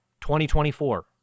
2024